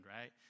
right